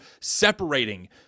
separating